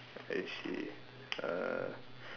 I see uh